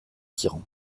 tyran